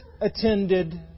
attended